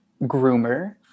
groomer